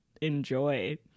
enjoy